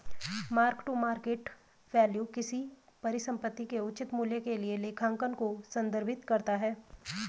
mark to market value किसी परिसंपत्ति के उचित मूल्य के लिए लेखांकन को संदर्भित करता है